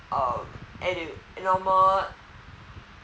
uh normal